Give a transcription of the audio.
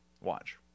Watch